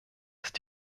ist